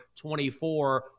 24